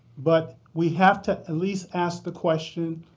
but we have to at least ask the question,